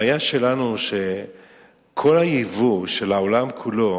הבעיה שלנו שכל היבוא של העולם כולו,